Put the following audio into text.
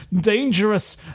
dangerous